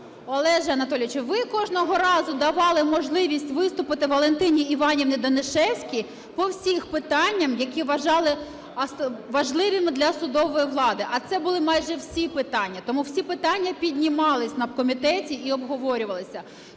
Олеже Анатолійовичу, ви кожного разу давали можливість виступити Валентині Іванівні Данішевській по всіх питаннях, які вважали важливими для судової влади, а це були майже всі питання. Тому всі питання піднімались на комітеті і обговорювалися.